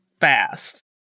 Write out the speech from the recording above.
fast